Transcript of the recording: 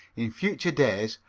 in future days,